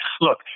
Look